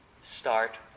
start